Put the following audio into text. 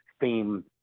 Theme